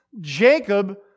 Jacob